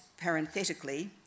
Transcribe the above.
parenthetically